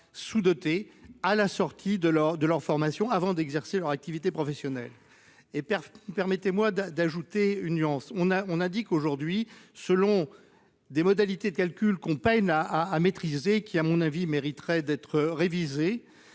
sous-doté à la sortie de leur de leur formation avant d'exercer leur activité professionnelle. Et puis, permettez-moi d'ajouter une nuance. On a, on a dit qu'aujourd'hui selon des modalités de calcul qu'on peine à à maîtriser qui à mon avis mériterait d'être révisé.